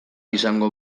izango